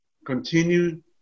continue